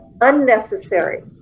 unnecessary